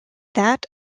that